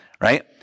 right